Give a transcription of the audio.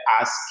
ask